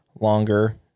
longer